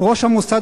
"ראש המוסד,